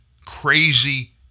crazy